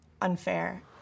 unfair